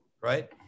right